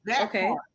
Okay